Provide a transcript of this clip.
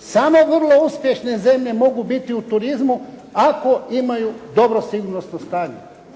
Samo vrlo uspješne zemlje mogu biti u turizmu ako imaju dobro sigurnosno stanje.